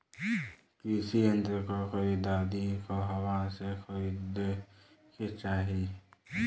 कृषि यंत्र क खरीदारी कहवा से खरीदे के चाही?